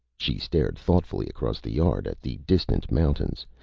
she stared thoughtfully across the yard at the distant mountains,